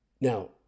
Now